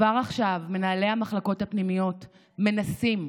כבר עכשיו מנהלי המחלקות הפנימיות מנסים,